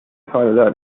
أفعل